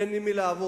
אין עם מי לעבוד.